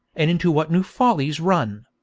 and into what new follies run